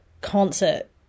concert